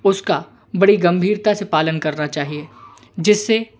उसका बड़ी गंभीरता से पालन करना चाहिए जिससे